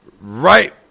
Right